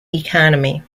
economy